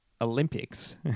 Olympics